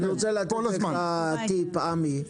אני רוצה לתת לך טיפ, עמי.